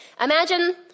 Imagine